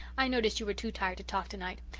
i noticed you were too tired to talk tonight.